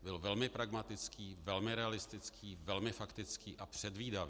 Byl velmi pragmatický, velmi realistický, velmi faktický a předvídavý.